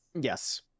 Yes